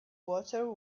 water